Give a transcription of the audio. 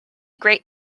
great